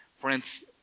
friends